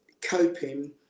coping